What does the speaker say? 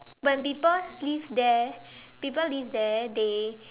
when people live there people live there they